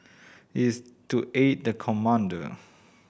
is to aid the commander